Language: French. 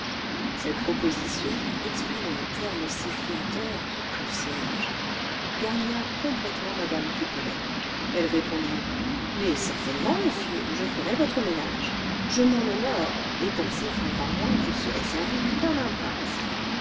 cette proposition exprimée en termes si flatteurs concierge gagna complètement mme pipelet elle répondit mais certainement monsieur je ferai votre ménage je m'en honore et pour six francs par mois vous serez servi comme un prince